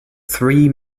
three